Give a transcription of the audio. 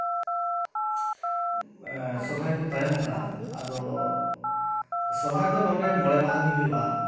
ᱥᱚᱨᱦᱟᱭ ᱠᱚ ᱛᱟᱭᱚᱢ ᱠᱟᱜᱼᱟ ᱟᱫᱚ ᱥᱚᱨᱦᱟᱭ ᱫᱚ ᱱᱚᱸᱰᱮ ᱢᱚᱬᱮ ᱢᱟᱦᱟ ᱜᱮ ᱦᱩᱭᱩᱜᱼᱟ